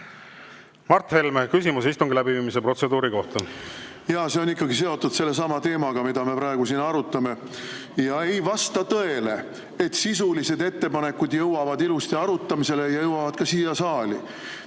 Mart Helme, küsimus istungi läbiviimise protseduuri kohta. Jaa, see on ikkagi seotud sellesama teemaga, mida me praegu siin arutame. Ei vasta tõele, et sisulised ettepanekud jõuavad ilusti arutamisele ja jõuavad ka siia saali.